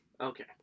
Okay